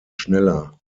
schneller